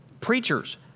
preachers